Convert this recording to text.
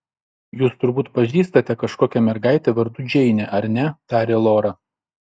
jūs turbūt pažįstate kažkokią mergaitę vardu džeinė ar ne tarė lora